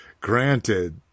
granted